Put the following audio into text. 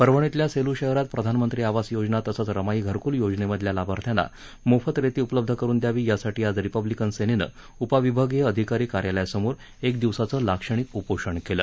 परभणीतल्या सेलू शहरात प्रधानमंत्री आवास योजना तसंच रमाई घरकूल योजनेमधल्या लाभार्थ्यांना मोफत रेती उपलब्ध करुन द्यावी यासाठी आज रिपब्लिकन सेनेनं उपविभागीय अधिकारी कार्यालयासमोर एक दिवसाचे लाक्षणिक उपोषण केलं